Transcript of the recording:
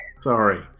sorry